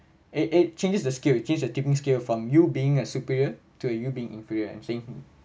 it it changes the scale it change the tipping scale from you being a superior to you being inferior and seem